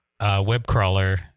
webcrawler